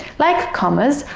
like commas,